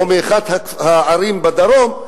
או מאחת הערים בדרום,